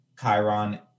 Chiron